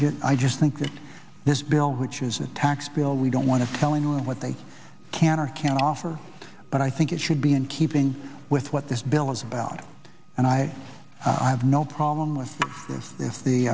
get i just think that this bill which is a tax bill we don't want to tell anyone what they can or can't offer but i think it should be in keeping with what this bill is about and i i have no problem with th